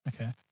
Okay